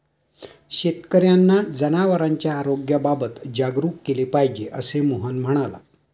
शेतकर्यांना जनावरांच्या आरोग्याबाबत जागरूक केले पाहिजे, असे मोहन म्हणाला